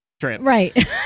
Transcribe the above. right